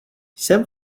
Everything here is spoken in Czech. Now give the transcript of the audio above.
jsem